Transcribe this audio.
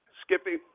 Skippy